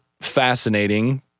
fascinating